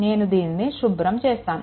నేను దీనిని శుభ్రం చేస్తాను